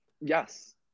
Yes